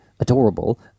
adorable